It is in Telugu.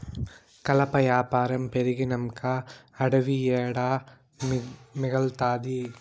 కలప యాపారం పెరిగినంక అడివి ఏడ మిగల్తాది